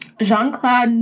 Jean-Claude